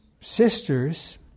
Sisters